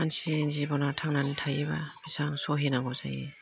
मानसिनि जिब'ना थांनानै थायोबा बेसेबां सहायनांगौ जायो